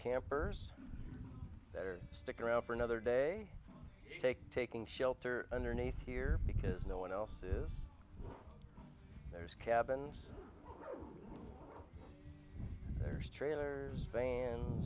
campers that are stick around for another day take taking shelter underneath here because no one else is there is cabins there's trailer van